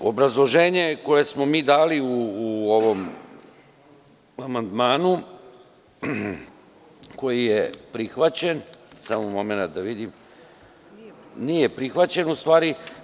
Obrazloženje koje smo mi dali u ovom amandmanu koji je prihvaćen, samo momenat da vidim, nije prihvaćen u stvari.